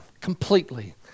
completely